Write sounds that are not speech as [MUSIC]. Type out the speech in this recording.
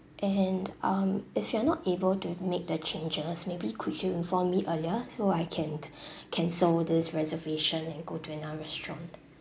and um if you are not able to make the changes maybe could you inform me earlier so I can [BREATH] cancel this reservation and go to another restaurant